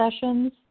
sessions